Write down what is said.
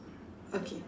okay